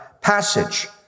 passage